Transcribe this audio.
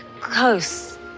close